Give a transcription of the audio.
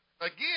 again